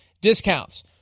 discounts